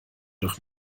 doch